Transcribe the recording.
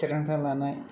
थिरांथा लानाय